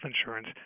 insurance